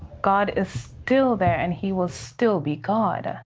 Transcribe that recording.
god is still there. and he will still be god.